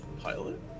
Pilot